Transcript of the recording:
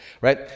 right